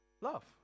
Love